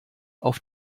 auf